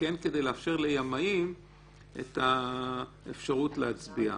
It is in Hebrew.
כן כדי לאפשר לימאים את האפשרות להצביע.